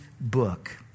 book